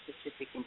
specific